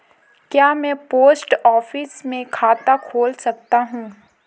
क्या मैं post office में खाता खोल सकता हूँ?